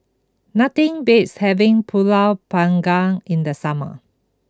nothing beats having Pulut Panggang in the summer